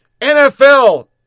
NFL